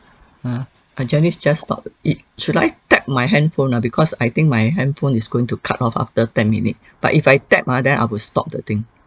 uh janice just stop it should I tap my handphone ah because I think my handphone is going to cut off after ten minutes but if I tap ah then I will stop the thing